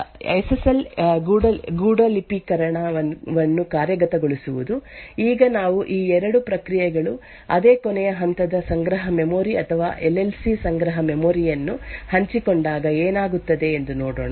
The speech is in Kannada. ಆದ್ದರಿಂದ ನಾವು ಈ 2 ಪ್ರಕ್ರಿಯೆಗಳನ್ನು ಹೇಗೆ ಹೊಂದಿದ್ದೇವೆ ಎಂದು ನೋಡೋಣ ಎಸ್ ಎಸ್ ಎಲ್ ಗೂಢಲಿಪೀಕರಣವನ್ನು ಕಾರ್ಯಗತಗೊಳಿಸುವುದು ಈಗ ನಾವು ಈ 2 ಪ್ರಕ್ರಿಯೆಗಳು ಅದೇ ಕೊನೆಯ ಹಂತದ ಸಂಗ್ರಹ ಮೆಮೊರಿ ಅಥವಾ ಎಲ್ ಎಲ್ ಸಿ ಸಂಗ್ರಹ ಮೆಮೊರಿ ಯನ್ನು ಹಂಚಿಕೊಂಡಾಗ ಏನಾಗುತ್ತದೆ ಎಂದು ನೋಡೋಣ